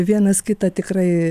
vienas kitą tikrai